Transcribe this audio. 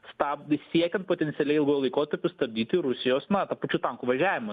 stabdis siekiant potencialiai ilguoju laikotarpiu stabdyti rusijos na tą pačių tankų važiavimą